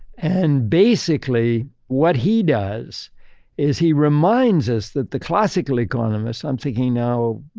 and basically, what he does is he reminds us that the classical economists, i'm thinking now,